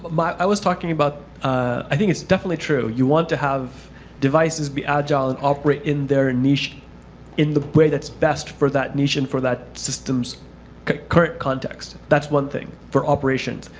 but but i was talking about i think it's definitely true, want to have devices be agile and operate in their niche in the way that's best for that niche and for that system's current context. that's one thing, for operations.